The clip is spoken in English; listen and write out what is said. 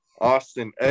Austin